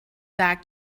back